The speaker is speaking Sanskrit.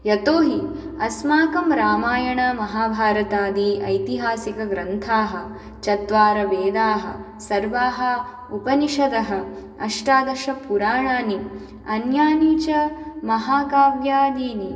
यतोहि अस्माकं रामायणमहाभारतादि ऐतिहासिकग्रन्थाः चत्वारवेदाः सर्वाः उपनिषदः अष्टादशपुराणानि अन्यानि च महाकाव्यादीनि